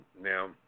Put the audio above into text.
Now